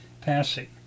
passing